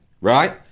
right